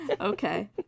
Okay